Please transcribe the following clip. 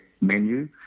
menu